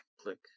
click